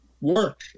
work